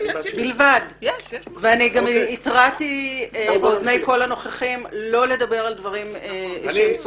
אני גם התרעתי באוזני כל הנוכחים לא לדבר על דברים סודיים.